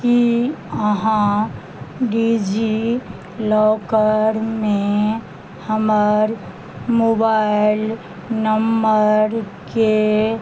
की अहाँ डिजिलॉकरमे हमर मोबाइल नम्मरके